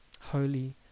Holy